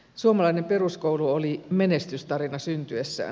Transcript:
suomalainen peruskoulu oli menestystarina syntyessään